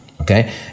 okay